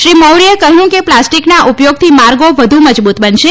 શ્રી મૌર્યે કહ્યું કે પ્લાસ્ટિકના ઉપયોગથી માર્ગો વધુ મજબૂત બનશે